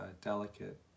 delicate